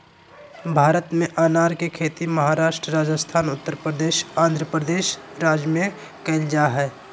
भारत में अनार के खेती महाराष्ट्र, राजस्थान, उत्तरप्रदेश, आंध्रप्रदेश राज्य में कैल जा हई